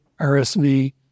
RSV